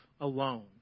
alone